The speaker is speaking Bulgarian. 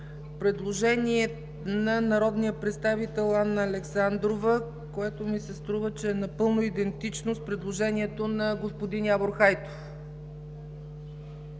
Предложение на народния представител Анна Александрова, което ми се струва, че е напълно идентично с предложението на господин Явор Хайтов.